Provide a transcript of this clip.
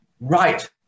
right